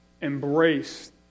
embrace